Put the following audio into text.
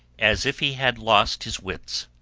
as if he had lost his wits.